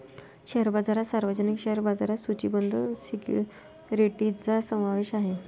share बाजारात सार्वजनिक share बाजारात सूचीबद्ध सिक्युरिटीजचा समावेश आहे